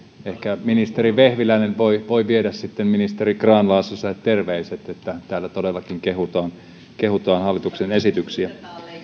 ehkä ministeri vehviläinen voi voi viedä ministeri grahn laasoselle terveiset että täällä todellakin kehutaan kehutaan hallituksen esityksiä